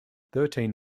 thirteen